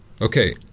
Okay